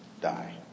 die